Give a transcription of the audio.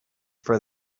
for